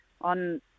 on